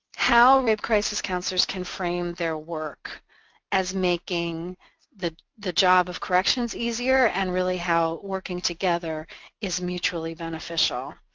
how rape crisis counselors can frame their work as making the the job of corrections easier and really how working together is mutually beneficial,